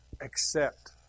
Accept